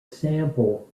example